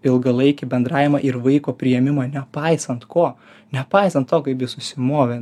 ilgalaikį bendravimą ir vaiko priėmimą nepaisant ko nepaisant to kaip jis susimovė